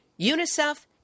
UNICEF